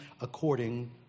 according